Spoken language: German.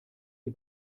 die